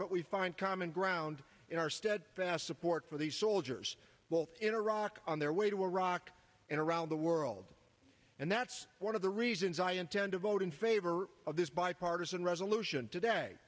but we find common ground in our steadfast support for the soldiers in iraq on their way to iraq and around the world and that's one of the reasons i intend to vote in favor of this bipartisan resolution today